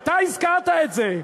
אתה הזכרת את זה.